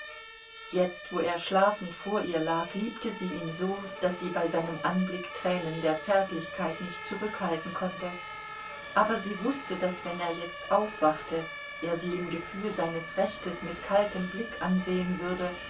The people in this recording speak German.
jetzt wo er schlafend vor ihr lag liebte sie ihn so daß sie bei seinem anblick tränen der zärtlichkeit nicht zurückhalten konnte aber sie wußte daß wenn er jetzt aufwachte er sie im gefühl seines rechtes mit kaltem blick ansehen würde